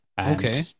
Okay